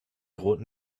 roten